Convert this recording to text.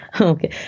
Okay